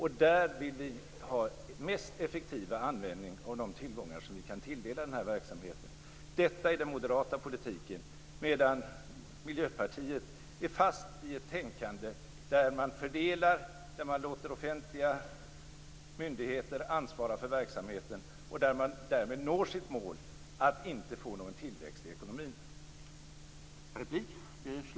Där vill vi ha den mest effektiva användningen av de tillgångar som vi kan tilldela den här verksamheten. Detta är den moderata politiken. Miljöpartiet är fast i ett tänkande där man fördelar, där man låter offentliga myndigheter ansvara för verksamheten och där man därmed når sitt mål att inte få någon tillväxt i ekonomin.